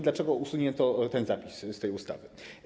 Dlaczego usunięto ten zapis z ustawy?